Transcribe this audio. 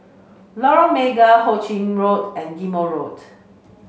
Lorong Mega Ho Ching Road and Ghim Moh Road